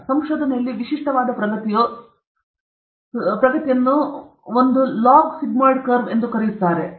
ಸಂಶೋಧನೆಯಲ್ಲಿ ವಿಶಿಷ್ಟವಾದ ಪ್ರಗತಿಯು ಒಂದು ಲಾಗ್ ಸಿಗ್ಮೊಯ್ಡಲ್ ಕರ್ವ್ ಎಂದು ಕರೆಯಲ್ಪಡುತ್ತದೆ